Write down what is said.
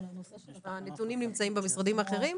הנתונים נמצאים במשרדים האחרים.